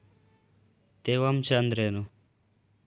ತೇವಾಂಶ ಅಂದ್ರೇನು?